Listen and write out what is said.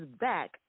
back